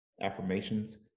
affirmations